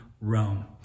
Rome